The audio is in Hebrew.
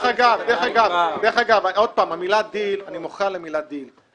אני מוחה על השימוש במילה דיל.